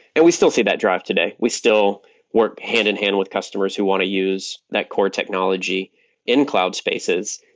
and we still see that drive today. we still work hand in hand with customers who want to use that core technology in cloud spaces,